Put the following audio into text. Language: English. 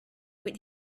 with